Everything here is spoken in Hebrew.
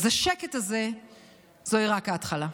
אז השקט הזה זוהי רק ההתחלה.